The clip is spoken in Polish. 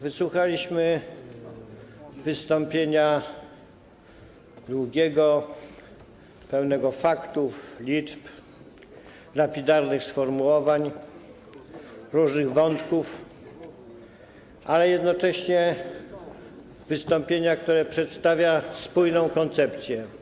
Wysłuchaliśmy wystąpienia długiego, pełnego faktów, liczb, lapidarnych sformułowań, różnych wątków, ale jednocześnie wystąpienia, które przedstawia spójną koncepcję.